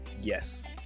Yes